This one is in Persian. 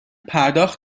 پرداخت